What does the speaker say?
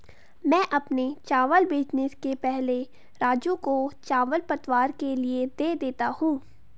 मैं अपने चावल बेचने के पहले राजू को चावल पतवार के लिए दे देता हूं